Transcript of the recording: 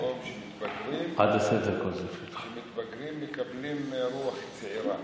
שפתאום כשהם מתבגרים הם מקבלים רוח צעירה.